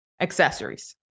accessories